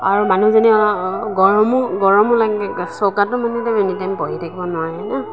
আৰু মানুহজনী গৰমো গৰমো লাগে চৌকাতটো এনেকৈ এনিটাইম বহি থাকিব নোৱাৰি ন